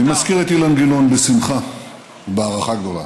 אני מזכיר את אילן גילאון בשמחה ובהערכה גדולה.